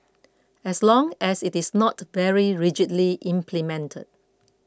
as long as it is not very rigidly implemented